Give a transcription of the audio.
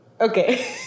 okay